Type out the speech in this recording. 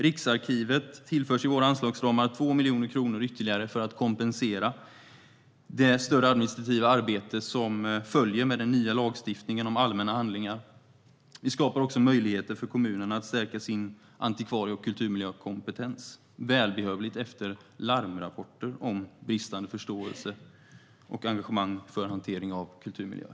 Riksarkivet tillförs i våra anslagsramar ytterligare 2 miljoner kronor för att kompensera för det större administrativa arbete som följer med den nya lagstiftningen om allmänna handlingar. Vi skapar också möjligheter för kommunerna att stärka sin antikvarie och kulturmiljökompetens. Det är välbehövligt, efter larmrapporter om bristande förståelse och engagemang för hantering av kulturmiljöer.